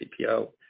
CPO